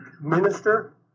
minister